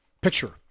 picture